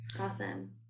Awesome